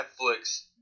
Netflix